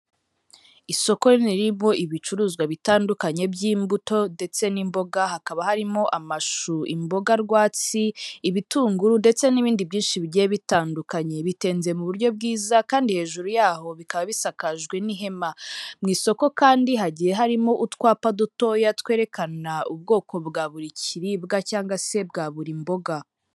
Isoko rinini ririmo ibicuruzwa bitandukanye by'imbuto ndetse n'imboga, hakaba harimo amashu, imboga rwatsi, ibitunguru ndetse n'ibindi byinshi bigiye bitandukanye. Bitenze mu buryo bwiza kandi hejuru yaho bikaba bisakajwe n'ihema. Mu isoko kandi hagiye harimo utwapa dutoya twerekana ubwoko bwa buri kiribwa cyangwa se bwa buri mboga.